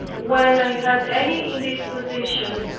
when i had any indisposition,